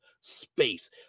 space